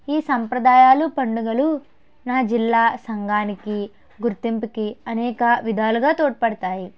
ఈ సంప్రదాయాలు పండుగలు నా జిల్లా సంఘానికి గుర్తింపుకి అనేక విధాలుగా తోడ్పడుతాయి